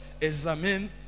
examine